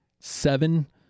seven